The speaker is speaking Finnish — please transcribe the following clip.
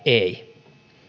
ei